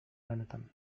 lanetan